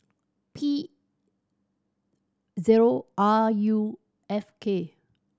P zero R U F K